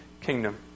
kingdom